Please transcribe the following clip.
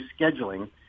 scheduling